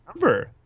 number